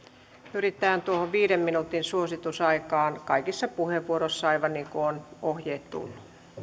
pyritään tuohon viiden minuutin suositusaikaan kaikissa puheenvuoroissa aivan niin kuin ovat ohjeet tulleet